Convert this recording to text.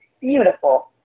beautiful